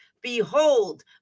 behold